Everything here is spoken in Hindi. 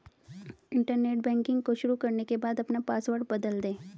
इंटरनेट बैंकिंग को शुरू करने के बाद अपना पॉसवर्ड बदल दे